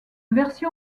version